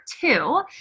two